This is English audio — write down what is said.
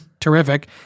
terrific